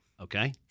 Okay